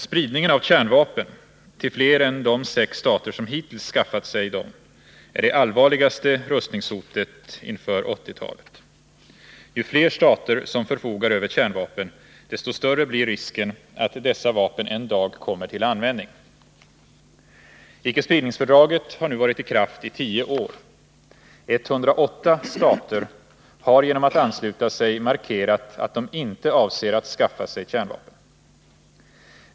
Spridningen av kärnvapen till fler än de sex stater som hittills skaffat sig dem är det allvarligaste rustningshotet inför 1980-talet. Ju fler stater som förfogar över kärnvapen, desto större blir risken att dessa vapen en dag kommer till användning. Icke-spridningsfördraget har nu varit i kraft i 10 år. 108 stater har genom att ansluta sig markerat att de inte avser att skaffa sig kärnvapen.